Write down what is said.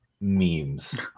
memes